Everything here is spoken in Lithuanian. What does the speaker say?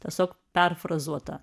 tiesiog perfrazuota